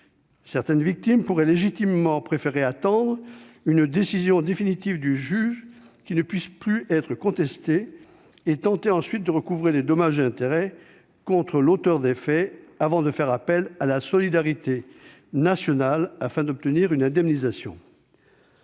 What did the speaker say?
certaines victimes pourraient légitimement préférer attendre une décision définitive du juge qui ne puisse plus être contestée et tenter ensuite de recouvrer les dommages et intérêts contre l'auteur des faits, avant de faire appel à la solidarité nationale afin d'obtenir une indemnisation.